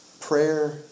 Prayer